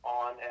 on